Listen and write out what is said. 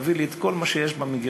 תביא לי את כל מה שיש במגירות.